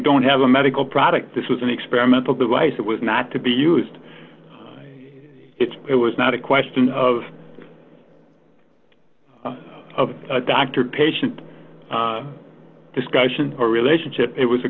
don't have a medical product this was an experimental device that was not to be used it was not a question of of doctor patient discussion or relationship it was a